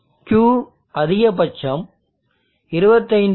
Q அதிகபட்சம் 25